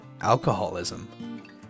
alcoholism